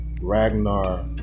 Ragnar